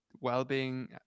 well-being